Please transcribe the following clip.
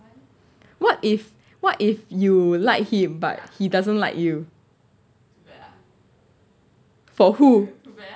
what if what if you like him but he doesn't like you for who